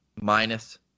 minus